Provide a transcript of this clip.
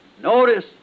Notice